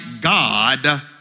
God